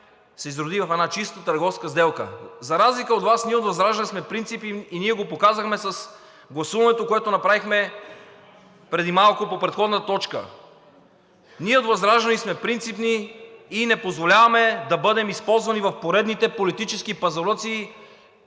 се изроди в една чисто търговска сделка. За разлика от Вас ние от ВЪЗРАЖДАНЕ сме принципни и ние го показахме с гласуването, което направихме преди малко по предходната точка. Ние от ВЪЗРАЖДАНЕ сме принципни и не позволяваме да бъдем използвани в поредните политически пазарлъци,